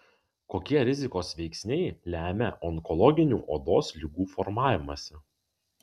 kokie rizikos veiksniai lemia onkologinių odos ligų formavimąsi